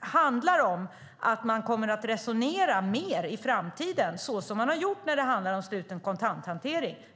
handlar om att man kommer att resonera mer i framtiden så som man har gjort när det handlar om sluten kontanthantering.